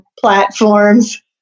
platforms